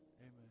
Amen